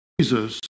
Jesus